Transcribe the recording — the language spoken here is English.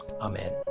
amen